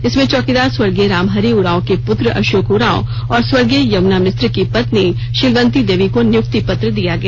इसमें चौकीदार स्व रामहरि उरांव के पुत्र अशोक उरांव और स्वर्गीय यमुना मिस्त्री की पत्नी शिलवंती देवी को नियुक्ति पत्र दिया गया